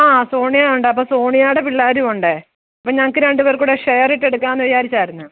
ആ സോണിയ ഉണ്ട് അപ്പം സോണിയയുടേ പിള്ളാരുമുണ്ട് അപ്പം ഞങ്ങൾക്ക് രണ്ട് പേർക്കും കൂടെ ഷെയറിട്ട് എടുക്കാമെന്ന് വിചാരിച്ചായിരുന്നു